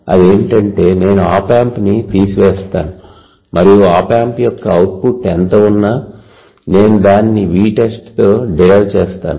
అది ఏమిటంటే నేను ఆప్ ఆంప్ని తీసివేస్తాను మరియు ఆప్ ఆంప్ యొక్క అవుట్పుట్ ఎంత ఉన్నా నేను దానిని V test తో డిరైవ్ చేస్తాను